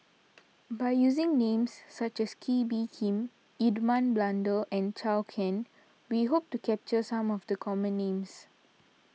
by using names such as Kee Bee Khim Edmund Blundell and Zhou Can we hope to capture some of the common names